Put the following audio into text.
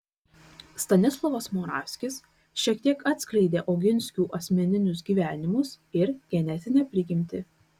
stanislovas moravskis šiek tiek atskleidė oginskių asmeninius gyvenimus ir genetinę prigimtį